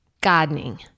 Gardening